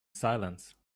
silence